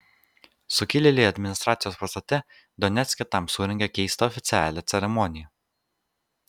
sukilėliai administracijos pastate donecke tam surengė keistą oficialią ceremoniją